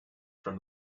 from